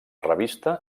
revista